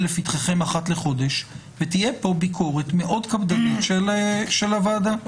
לפתחכם אחת לחודש ותהיה כאן ביקורת מאוד קפדנית של הוועדה.